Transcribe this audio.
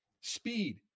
Speed